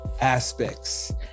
aspects